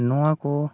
ᱱᱚᱣᱟ ᱠᱚ